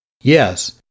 Yes